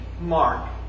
mark